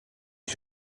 use